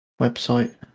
website